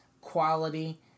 quality